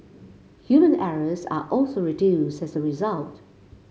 human errors are also reduced as a result